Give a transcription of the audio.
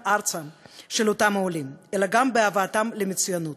ארצה של אותם עולים אלא גם בהבאתם למצוינות,